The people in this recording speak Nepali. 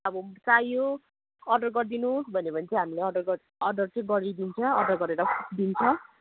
चाहियो अर्डर गरिदिनु भन्यो भने चाहिँ हामीले अर्डर गर अर्डर चाहिँ गरिदिन्छ अर्डर गरेर दिन्छ